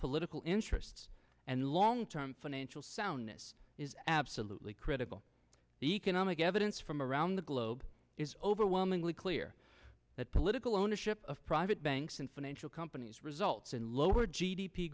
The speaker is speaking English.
political interests and long term financial soundness is absolutely critical the economic evidence from around the globe is overwhelmingly clear that political ownership of private banks and financial companies results in lower g